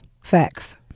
Facts